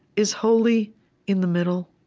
is holy in the middle?